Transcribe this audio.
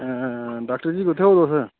doctor ji कुत्थै ओ तुस